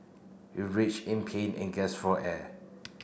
he in pain and gasped for air